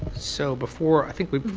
so before i think we